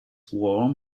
warm